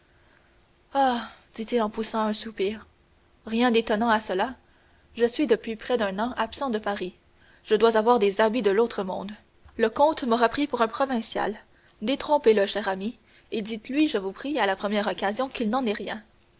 dit-il en poussant un soupir rien d'étonnant à cela je suis depuis près d'un an absent de paris je dois avoir des habits de l'autre monde le comte m'aura pris pour un provincial détrompez le cher ami et dites-lui je vous prie à la première occasion qu'il n'en est rien